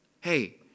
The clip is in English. hey